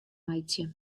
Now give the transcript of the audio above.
meitsje